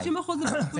כן.